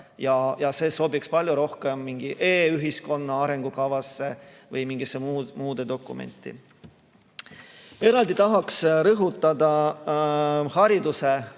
See sobiks palju rohkem mingi e-ühiskonna arengukavasse või mingisse muusse dokumenti. Eraldi tahaks rõhutada